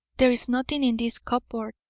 there is nothing in this cupboard,